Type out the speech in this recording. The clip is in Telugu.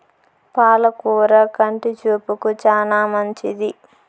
పాల కూర కంటి చూపుకు చానా మంచిది